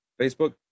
Facebook